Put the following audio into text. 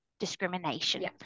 Discrimination